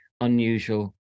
unusual